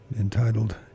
entitled